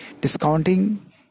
Discounting